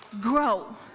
grow